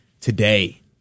today